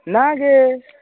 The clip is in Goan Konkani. ना गे